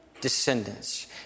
descendants